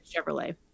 Chevrolet